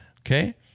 Okay